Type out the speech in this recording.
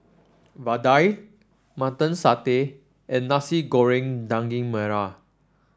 vadai Mutton Satay and Nasi Goreng Daging Merah